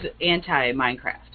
anti-Minecraft